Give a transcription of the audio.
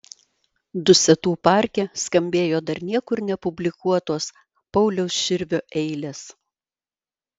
dusetų parke skambėjo dar niekur nepublikuotos pauliaus širvio eilės